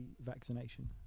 vaccination